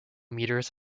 meters